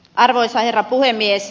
arvoisa herra puhemies